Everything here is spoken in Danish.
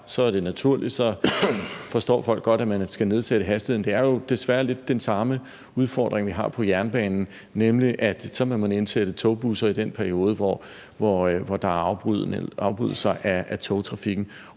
så er naturligt, at folk godt forstår, at man skal nedsatte hastigheden. Det er jo desværre lidt den samme udfordring, vi har på jernbanen, nemlig at man så må indsætte togbusser i den periode, hvor der er afbrydelser af togtrafikken,